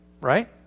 Right